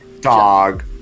Dog